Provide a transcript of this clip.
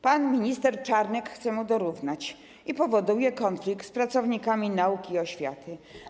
Pan minister Czarnek chce mu dorównać i wywołuje konflikt z pracownikami nauki i oświaty.